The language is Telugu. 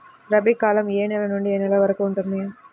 రబీ కాలం ఏ నెల నుండి ఏ నెల వరకు ఉంటుంది?